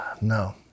No